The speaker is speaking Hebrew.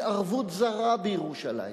התערבות זרה בירושלים,